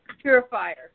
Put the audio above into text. Purifier